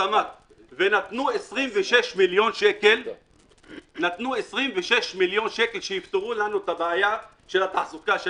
ונתנו 26 מיליון שקל כדי שיפתרו לנו את הבעיה של התעסוקה,